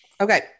okay